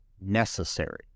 necessary